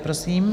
Prosím.